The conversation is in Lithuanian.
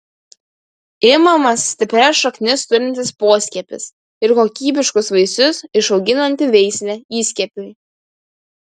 imamas stiprias šaknis turintis poskiepis ir kokybiškus vaisius išauginanti veislė įskiepiui